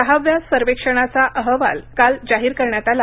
सहाव्या सर्वेक्षणाचा अहवाल काल जाहीर करण्यात आला